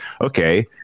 Okay